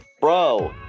bro